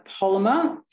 polymer